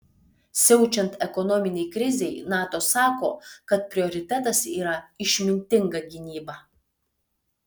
siaučiant ekonominei krizei nato sako kad prioritetas yra išmintinga gynyba